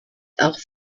auch